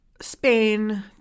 Spain